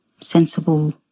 sensible